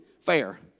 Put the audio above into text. fair